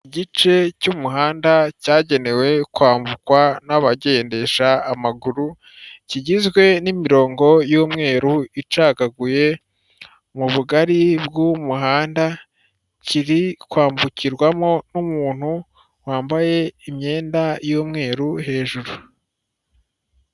Igice cy'umuhanda cyagenewe kwambukwa n'abagendesha amaguru, kigizwe n'imirongo y'umweru icagaguye mu bugari bw'umuhanda kiri kwambukirwamo, n'umuntu wambaye imyenda y'umweru hejuru.